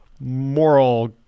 moral